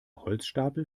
holzstapel